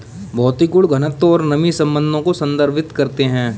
भौतिक गुण घनत्व और नमी संबंधों को संदर्भित करते हैं